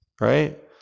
Right